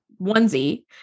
onesie